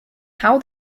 how